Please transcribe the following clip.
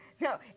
No